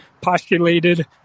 postulated